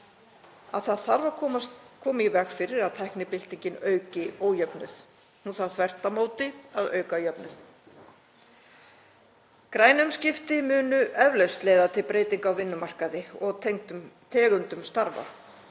að koma þarf í veg fyrir að tæknibyltingin auki ójöfnuð. Hún þarf þvert á móti að auka jöfnuð. Græn umskipti munu eflaust leiða til breytinga á vinnumarkaði og tegundum starfa.